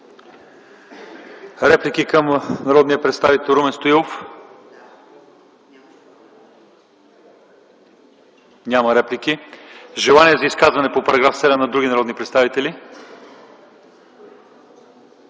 Реплики към народния представител Румен Стоилов? Няма. Желания за изказване по § 7 от други народни представители?